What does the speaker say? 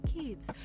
kids